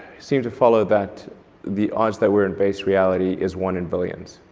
seem to follow that the odds that we're in base reality is one in billions.